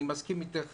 אני מסכים אתך,